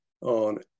on